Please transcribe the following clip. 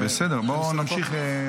בסדר, בוא נמשיך.